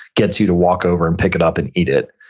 gets you to walk over and pick it up and eat it.